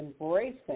embracing